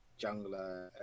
jungler